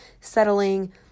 settling